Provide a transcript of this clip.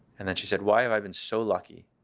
and then she said, why have i been so lucky?